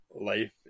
life